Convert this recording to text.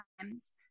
times